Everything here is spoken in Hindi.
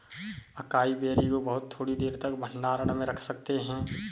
अकाई बेरी को बहुत थोड़ी देर तक भंडारण में रख सकते हैं